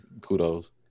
kudos